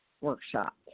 workshop